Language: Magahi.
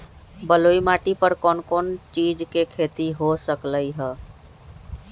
बलुई माटी पर कोन कोन चीज के खेती हो सकलई ह?